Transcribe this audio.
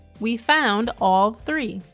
we found all three.